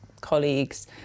colleagues